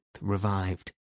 revived